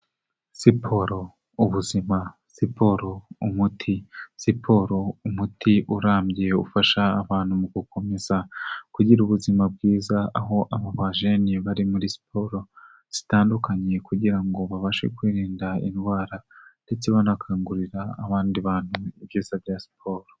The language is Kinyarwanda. Siporo ubuzima, siporo umuti, siporo umuti urambye ufasha abantu mu gukomeza kugira ubuzima bwiza aho aba bajeni bari muri siporo zitandukanye kugira ngo babashe kwirinda indwara ndetse banakangurira abandi bantu ibyiza bya siporo.